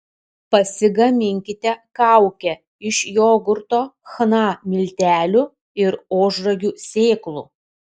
pasigaminkite kaukę iš jogurto chna miltelių ir ožragių sėklų